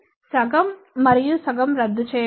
కాబట్టి సగం మరియు సగం రద్దు చేయబడతాయి